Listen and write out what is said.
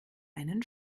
einen